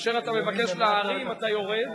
כאשר אתה מבקש להרים אתה יורד,